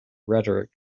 rhetoric